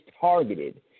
targeted